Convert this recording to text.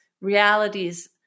realities